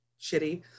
shitty